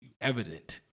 evident